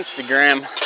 Instagram